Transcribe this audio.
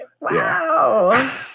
Wow